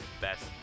best